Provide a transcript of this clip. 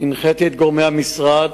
הנחיתי את גורמי המשרד,